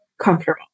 comfortable